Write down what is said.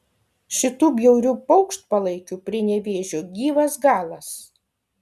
šitų bjaurių paukštpalaikių prie nevėžio gyvas galas